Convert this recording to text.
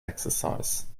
exercise